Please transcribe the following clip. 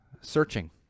searching